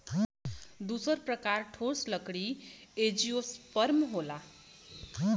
दूसर प्रकार ठोस लकड़ी एंजियोस्पर्म होला